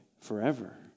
forever